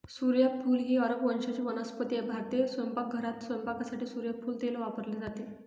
सूर्यफूल ही अरब वंशाची वनस्पती आहे भारतीय स्वयंपाकघरात स्वयंपाकासाठी सूर्यफूल तेल वापरले जाते